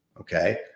Okay